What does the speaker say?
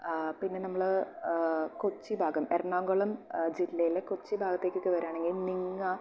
പിന്നെ നമ്മള് കൊച്ചി ഭാഗം എറണാകുളം ജില്ലയിലെ കൊച്ചി ഭാഗത്തേക്ക് ഒക്കെ വരികയാണെങ്കില് നിങ്ങ